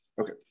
Okay